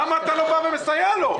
למה אתה לא בא ומסייע לו?